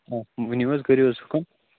آ ؤنِو حظ کٔرِو حظ حُکُم